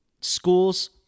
schools